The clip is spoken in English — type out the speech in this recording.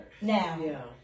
now